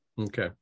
Okay